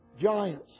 giants